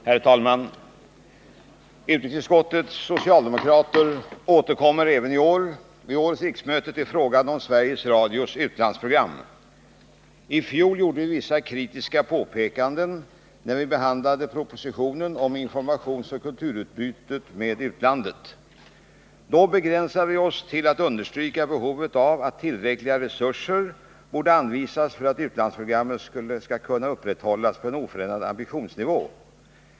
Herr talman! Utrikesutskottets socialdemokrater återkommer även vid årets riksmöte till frågan om Sveriges Radios utlandsprogram. I fjol gjorde vi vissa kritiska påpekanden när vi behandlade propositionen om informationsoch kulturutbytet med utlandet. Då begränsade vi oss till att understryka behovet av att tillräckliga resurser anvisas för att utlandsprogrammet skall kunna upprätthållas på oförändrad ambitionsnivå.